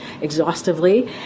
exhaustively